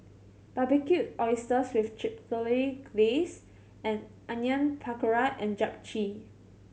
Barbecued Oysters with Chipotle Glaze and Onion Pakora and Japchae